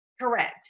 correct